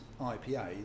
IPA